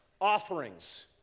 offerings